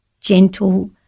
gentle